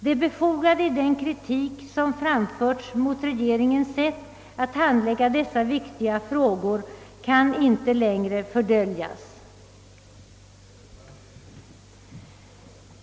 Det befogade i den kritik, som framförts mot regeringens sätt att handlägga dessa viktiga frågor, kan inte längre fördöljas.